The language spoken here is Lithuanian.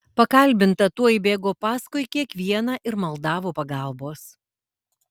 pakalbinta tuoj bėgo paskui kiekvieną ir maldavo pagalbos